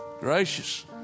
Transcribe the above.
Gracious